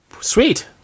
Sweet